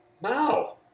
No